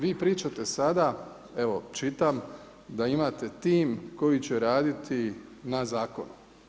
Vi pričate sada, evo čitam da imate tim koji će raditi na zakonu.